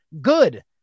good